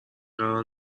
قرار